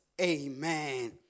Amen